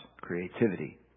Creativity